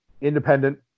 independent